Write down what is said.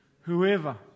Whoever